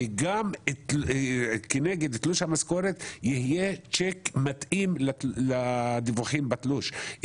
וגם כנגד תלוש המשכורת יהיה צ'ק מתאים לדיווחים בתלוש.